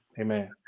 Amen